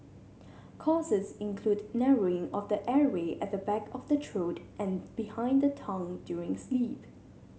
causes include narrowing of the airway at the back of the throat and behind the tongue during sleep